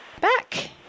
back